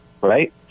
right